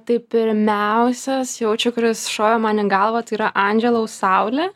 tai pirmiausias jaučiu kuris šovė man į galvą tai yra angelou saulė